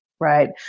right